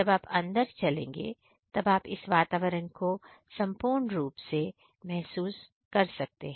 जब आप अंदर चलेंगे तब आप इस वातावरण को महसूस कर सकते हैं